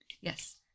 Yes